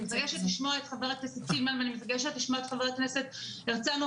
אני מתרגשת לשמוע את חה"כ סילמן ואני מתרגשת לשמוע את חה"כ הרצנו,